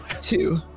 Two